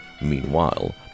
Meanwhile